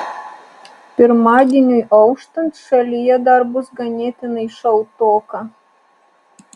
pirmadieniui auštant šalyje dar bus ganėtinai šaltoka